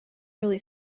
really